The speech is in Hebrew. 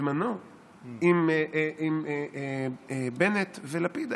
בזמנו עם בנט ולפיד,